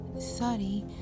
Sorry